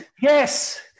yes